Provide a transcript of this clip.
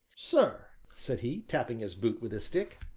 sir, said he, tapping his boot with his stick,